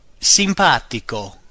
Simpatico